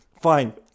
Fine